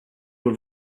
were